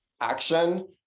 action